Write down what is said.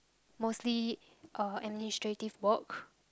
mostly uh administrative work